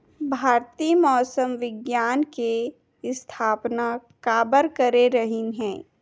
भारती मौसम विज्ञान के स्थापना काबर करे रहीन है?